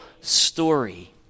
story